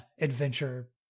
adventure